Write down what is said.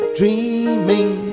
dreaming